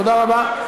תודה רבה.